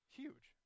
huge